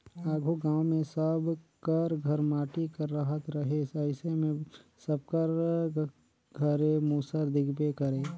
आघु गाँव मे सब कर घर माटी कर रहत रहिस अइसे मे सबकर घरे मूसर दिखबे करे